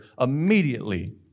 immediately